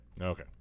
Okay